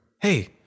Hey